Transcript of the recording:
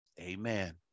Amen